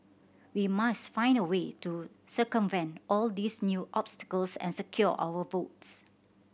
we must find a way to circumvent all these new obstacles and secure our votes